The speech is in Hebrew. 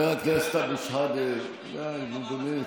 חבר הכנסת אבו שחאדה, די, נו, באמת.